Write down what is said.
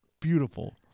Beautiful